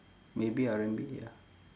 maybe R&B ya